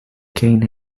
cane